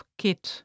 kit